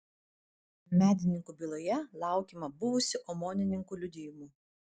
medininkų byloje laukiama buvusių omonininkų liudijimų